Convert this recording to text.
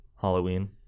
Halloween